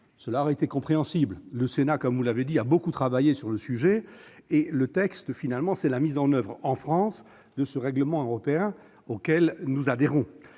cela aurait été compréhensible. Le Sénat, comme vous l'avez souligné, a beaucoup travaillé sur le sujet. Or ce texte vise à mettre en oeuvre en France ce règlement européen, auquel nous adhérons.